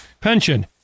pension